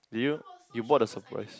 did you you bought the surprise